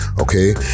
okay